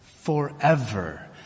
Forever